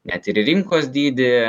net ir į rinkos dydį